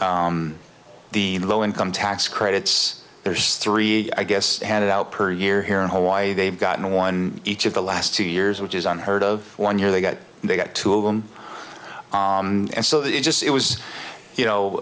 gotten the low income tax credits there's three i guess and out per year here in hawaii they've gotten one each of the last two years which is unheard of one year they get they got two of them and so they just it was you know